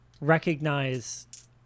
recognize